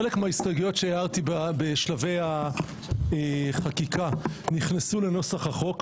חלק מההסתייגויות שהערתי בשלבי החקיקה נכנסו לנוסח החוק,